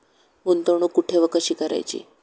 गुंतवणूक कुठे व कशी करायची?